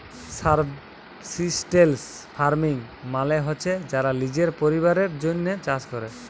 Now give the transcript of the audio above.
subsistence farming মালে হছে যারা লিজের পরিবারের জ্যনহে চাষ ক্যরে